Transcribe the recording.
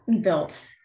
built